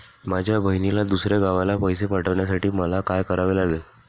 माझ्या बहिणीला दुसऱ्या गावाला पैसे पाठवण्यासाठी मला काय करावे लागेल?